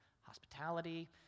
Hospitality